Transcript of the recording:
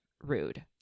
rude